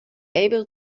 able